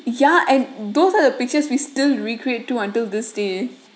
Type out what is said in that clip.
yeah and those are the pictures we still recreate to until this day